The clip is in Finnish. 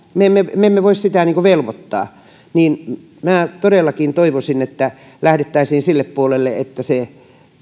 me emme me emme voi sitä velvoittaa niin minä todellakin toivoisin että lähdettäisiin sille puolelle että se